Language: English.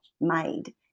made